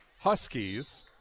Huskies